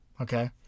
Okay